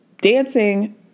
dancing